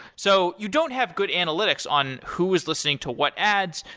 so you don't have good analytics on who is listening to what ads,